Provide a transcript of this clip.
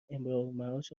امرارمعاش